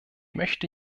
möchte